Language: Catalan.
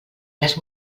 les